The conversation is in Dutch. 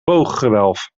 booggewelf